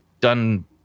done